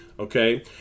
Okay